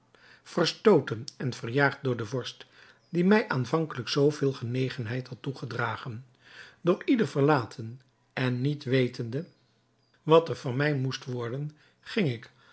verstooten en verjaagd door den vorst die mij aanvankelijk zoo veel genegenheid had toegedragen door ieder verlaten en niet wetende wat er van mij moest worden ging ik